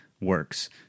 works